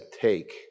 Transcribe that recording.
Take